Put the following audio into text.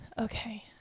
okay